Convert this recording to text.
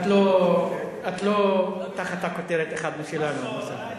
את לא תחת הכותרת "אחד משלנו",